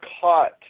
caught